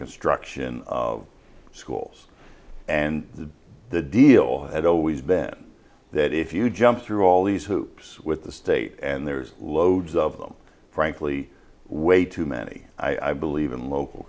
construction of schools and the deal had always bet that if you jump through all these hoops with the state and there's loads of them frankly way too many i believe in local